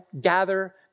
gather